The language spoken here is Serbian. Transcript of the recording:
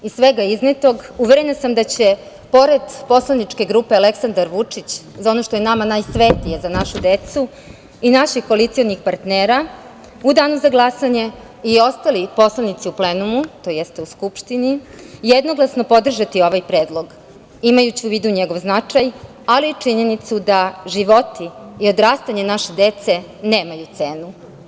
Iz svega iznetog, uverena sam da će, pored Poslaničke grupe „Aleksandar Vučić – Za našu decu“, za ono što je nama najsvetije, i naših koalicionih partnera, u danu za glasanje i ostali poslanici u plenumu, tj. u Skupštini, jednoglasno podržati ovaj predlog, imajući u vidu njegov značaj, ali i činjenicu da životi i odrastanje naše dece nemaju cenu.